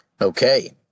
Okay